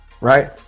right